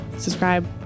Subscribe